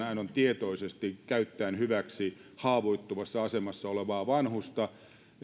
aivan tietoisesti käyttäen hyväksi haavoittuvassa asemassa olevaa vanhusta